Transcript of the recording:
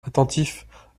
attentifs